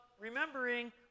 remembering